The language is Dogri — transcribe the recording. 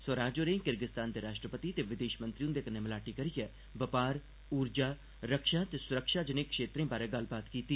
स्वराज होरें कल किर्गिज़तान दे राश्ट्रपति ते विदेषमंत्री हुंदे कन्नै मलाटी करियै बपार उर्जा रक्षा ते सुरक्षा जनेह क्षेत्रे बारै गल्लबात कीती